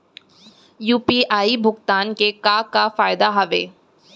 UPI भुगतान के का का फायदा हावे?